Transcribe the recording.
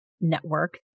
Network